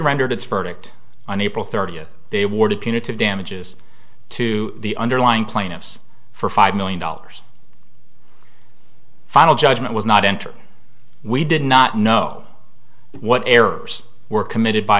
rendered its verdict on april thirtieth they wanted punitive damages to the underlying plaintiffs for five million dollars final judgment was not enter we did not know what errors were committed by